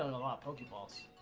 a lot of balls